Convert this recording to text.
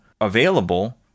available